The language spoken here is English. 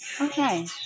Okay